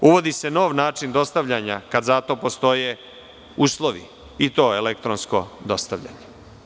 Uvodi se nov način dostavljanja, kada za to postoje uslovi, i to elektronsko dostavljanje.